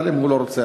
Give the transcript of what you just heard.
אבל אם הוא לא רוצה,